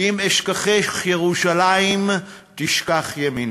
אם אשכחך ירושלים תשכח ימיני.